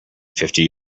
fifty